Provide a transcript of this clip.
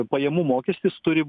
pajamų mokestis turi